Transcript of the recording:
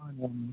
ஆமாங்க